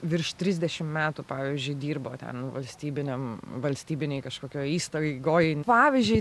virš trisdešim metų pavyzdžiui dirbo ten valstybiniam valstybinėj kažkokioj įstaigoj pavyzdžiui